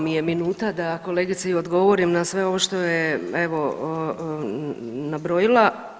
Malo mi je minuta da kolegici odgovorim na sve ovo što je evo nabrojila.